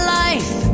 life